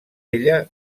ella